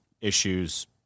issues